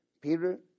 Peter